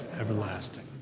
everlasting